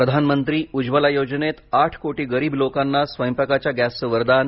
प्रधानमंत्री उज्ज्वला योजनेत आठ कोटी गरीब लोकांना स्वयंपाकाच्या गॅसचं वरदान